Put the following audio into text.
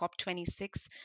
COP26